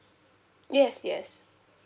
yes yes